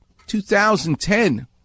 2010